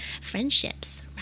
friendships